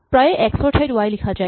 প্ৰায়ে এক্স ৰ ঠাইত ৱাই লিখা যায়